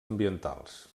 ambientals